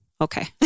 Okay